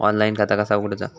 Online खाता कसा उगडूचा?